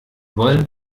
wollen